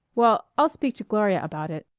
well, i'll speak to gloria about it.